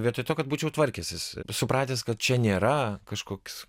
vietoj to kad būčiau tvarkęsis supratęs kad čia nėra kažkoks